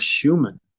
human